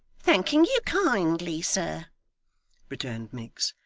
thanking you kindly, sir returned miggs,